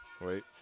wait